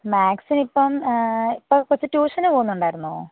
മാത്സിനിപ്പം ഇപ്പം കൊച്ച് ട്യൂഷന് പോവുന്നുണ്ടായിരുന്നോ